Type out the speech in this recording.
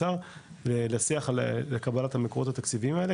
לשיח על קבלת המקורות התקציבים האלה,